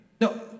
No